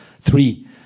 Three